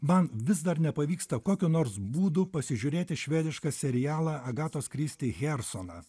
man vis dar nepavyksta kokiu nors būdu pasižiūrėti švedišką serialą agatos kristi hersona